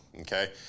okay